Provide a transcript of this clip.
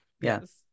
Yes